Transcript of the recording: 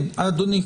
כן, אדוני.